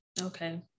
okay